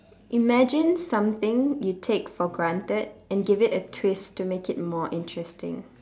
imagine something you take for granted and give it a twist to make it more interesting